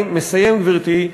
אני מסיים, גברתי.